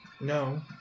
no